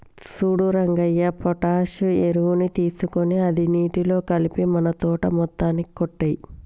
సూడు రంగయ్య పొటాష్ ఎరువుని తీసుకొని అది నీటిలో కలిపి మన తోట మొత్తానికి కొట్టేయి